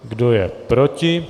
Kdo je proti?